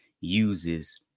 uses